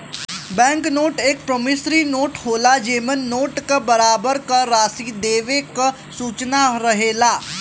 bank note एक promissory note होला जेमन नोट क बराबर क राशि देवे क सूचना रहेला